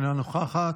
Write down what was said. אינה נוכחת,